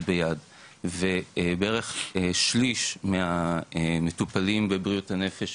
ביד ובערך שליש מהמטופלים בבריאות הנפש,